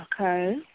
Okay